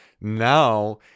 Now